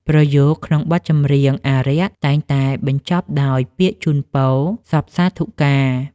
ប្រយោគក្នុងបទចម្រៀងអារក្ស តែងតែបញ្ចប់ដោយពាក្យជូនពរសព្វសាធុការ។